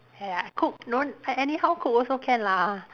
ya cook don't an~ anyhow cook also can lah